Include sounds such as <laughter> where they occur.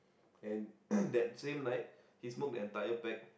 and <coughs> that same night he smoke the entire pack